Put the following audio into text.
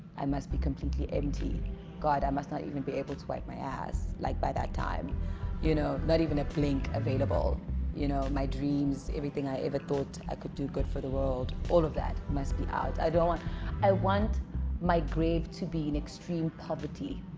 i must be completely empty god i must not even be able to wipe my ass like by that time you know not even a blink available you know my dreams everything i ever thought i could do good for the world all of that must be out i don't want i want my grave to be an extreme poverty